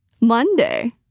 Monday